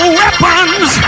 weapons